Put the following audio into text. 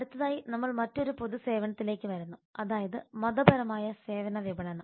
അടുത്തതായി നമ്മൾ മറ്റൊരു പൊതു സേവനത്തിലേക്ക് വരുന്നു അതായത് മതപരമായ സേവന വിപണനം